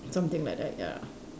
something like that ya